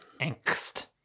Angst